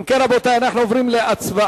אם כן, רבותי, אנחנו עוברים להצבעה.